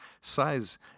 size